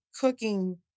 cooking